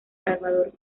salvador